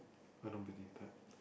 I don't believe that